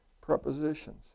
prepositions